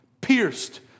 pierced